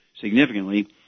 significantly